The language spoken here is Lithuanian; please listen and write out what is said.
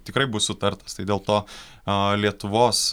tikrai bus sutartas tai dėl to lietuvos